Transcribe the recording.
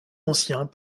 anciens